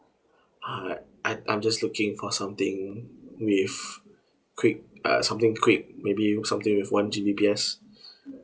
uh I I'm just looking for something with quick uh something quick maybe something with one G_B_P_S